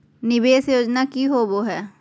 निवेस योजना की होवे है?